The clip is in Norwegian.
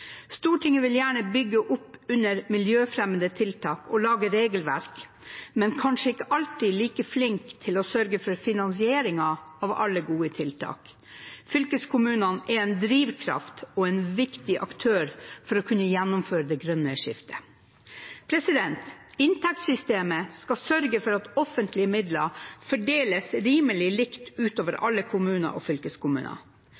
Stortinget vil gjerne bygge opp under miljøfremmende tiltak og lage regelverk, men er kanskje ikke alltid like flinke til å sørge for finansieringen av alle gode tiltak. Fylkeskommunene er en drivkraft og en viktig aktør for å kunne gjennomføre det grønne skiftet. Inntektssystemet skal sørge for at offentlige midler fordeles rimelig likt